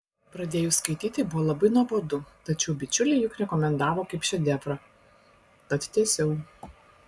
pradėjus skaityti buvo labai nuobodu tačiau bičiuliai juk rekomendavo kaip šedevrą tad tęsiau